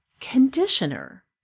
conditioner